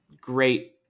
great